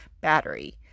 battery